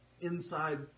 inside